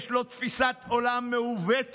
יש לו תפיסת עולם מעוותת.